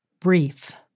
brief